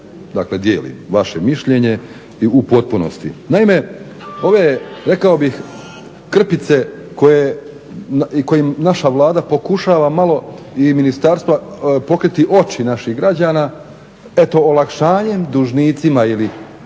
dakle dijelim vaše mišljenje u potpunosti. Naime, rekao bih ove krpice kojima naša Vlada pokušava malo i ministarstva pokriti oči naših građana eto olakšanjem dužnicima ili